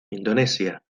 indonesia